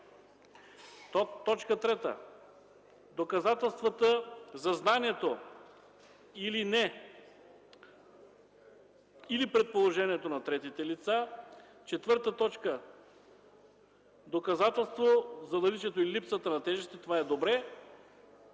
Точка трета: доказателствата за знанието или предположението на третите лица. Четвърта точка: доказателствата за наличието или липсата на тежести... Това е добре.